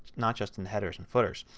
not just in headers and footers.